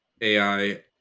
AI